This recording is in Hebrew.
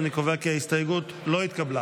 אני קובע כי ההסתייגות לא התקבלה.